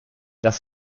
dass